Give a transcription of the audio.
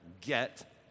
get